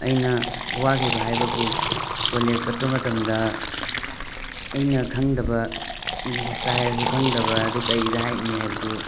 ꯑꯩꯅ ꯋꯥꯒꯤꯕ ꯍꯥꯏꯕꯕꯨ ꯀꯣꯂꯦꯖ ꯆꯠꯄ ꯃꯇꯝꯗ ꯑꯩꯅ ꯈꯪꯗꯕ ꯏꯪꯂꯤꯁꯇ ꯍꯥꯏꯔꯁꯨ ꯈꯪꯗꯕ ꯑꯗꯨ ꯀꯩꯗ ꯍꯥꯏꯅꯤ ꯍꯥꯏꯕꯗꯨ